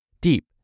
deep